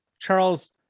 Charles